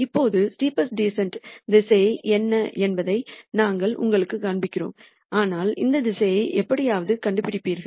இப்போது steepest descent திசை என்ன என்பதை நாங்கள் உங்களுக்குக் காண்பிப்போம் ஆனால் இந்த திசையை எப்படியாவது கண்டுபிடிப்பீர்கள்